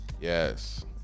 yes